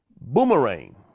Boomerang